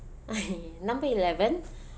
number eleven